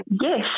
yes